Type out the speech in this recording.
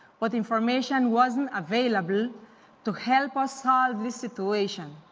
what information wasn't available to help us solve this situation,